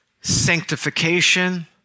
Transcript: sanctification